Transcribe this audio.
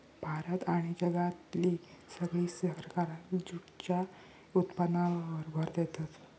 भारत आणि जगातली सगळी सरकारा जूटच्या उत्पादनावर भर देतत